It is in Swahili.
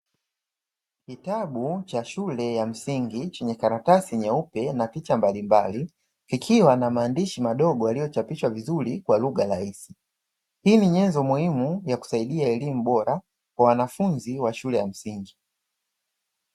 Kitabu cha shule ya msingi chenye karatasi nyeupe na picha mbalimbali kikiwa na maandishi madogo yaliochapishwa vizuri kwa lugha rahisi, hii ni nyenzo muhimu kwa wanafunzi wa shule ya msingi.